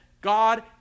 god